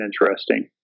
interesting